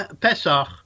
Pesach